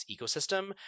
ecosystem